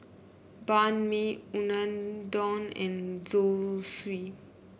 Banh Mi Unadon and Zosui